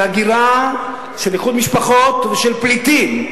של הגירה, של איחוד משפחות ושל פליטים.